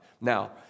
Now